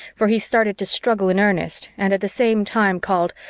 for he started to struggle in earnest and at the same time called,